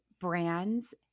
brands